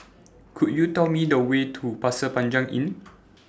Could YOU Tell Me The Way to Pasir Panjang Inn